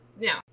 Now